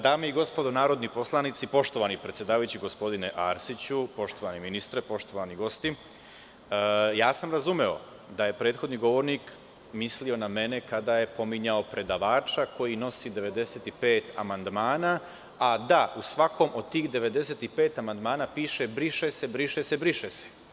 Dame i gospodo narodni poslanici, poštovani predsedavajući, gospodine Arsiću, poštovani ministre, poštovani gosti, ja sam razumeo da je prethodni govornik mislio na mene kada je pominjao predavača koji nosi 95 amandmana, a da u svakom od tih 95 amandmana piše – briše se, briše se, briše se.